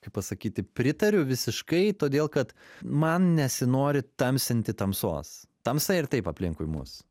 kaip pasakyti pritariu visiškai todėl kad man nesinori tamsinti tamsos tamsa ir taip aplinkui mus